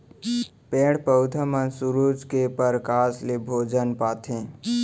पेड़ पउधा मन सुरूज के परकास ले भोजन पाथें